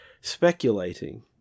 speculating